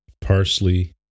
parsley